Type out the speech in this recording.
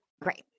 Great